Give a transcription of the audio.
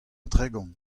tregont